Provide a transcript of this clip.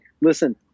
listen